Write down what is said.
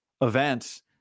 events